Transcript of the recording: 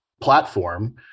platform